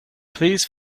please